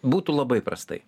būtų labai prastai